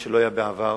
מה שלא היה בעבר,